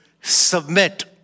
Submit